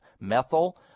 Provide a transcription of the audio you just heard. methyl